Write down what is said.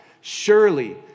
Surely